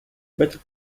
better